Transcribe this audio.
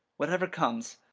whatever comes.